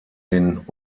den